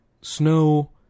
snow